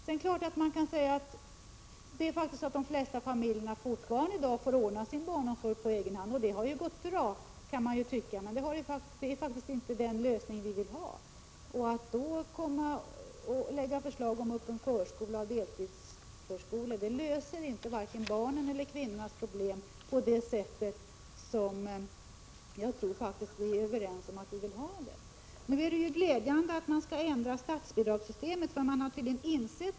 De flesta familjer i dag får fortfarande ordna sin barnomsorg på egen hand. Man kan tycka att det har gått bra, men det är faktiskt inte den lösning som vi vill ha. Att då framlägga förslag om öppen förskola och deltidsförskola löser varken barnens eller kvinnornas problem på det sätt som jag tror att vi är överens om att vi vill ha det. Det är glädjande att man skall ändra statsbidragssystemet.